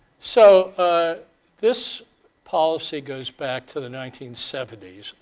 so ah this policy goes back to the nineteen seventy s.